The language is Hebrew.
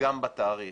פגם בתאריך.